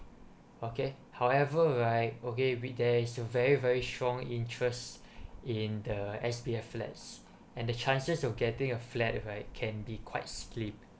okay however right okay if there is a very very strong interest in the S_P_F flat and the chances of getting a flat right can be quite slim